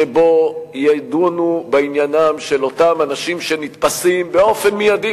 שבו ידונו בעניינם של אותם אנשים שנתפסים באופן מיידי,